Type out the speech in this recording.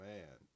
Man